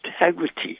integrity